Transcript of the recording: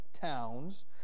towns